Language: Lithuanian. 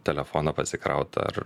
telefoną pasikraut ar